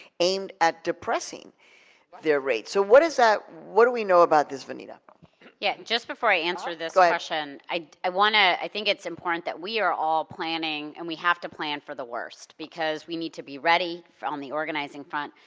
aimed at depressing their rates. so what does that, what do we know about this, vanita? yeah, just before i answer this question, i i want to, i think it's important that we are all planning and we have to plan for the worst because we need to be ready, on um the organizing front.